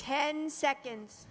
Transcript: ten seconds